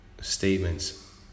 statements